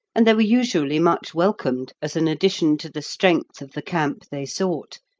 and they were usually much welcomed as an addition to the strength of the camp they sought.